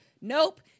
Nope